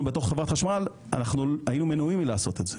בתוך חברת חשמל היינו מנועים מלעשות את זה.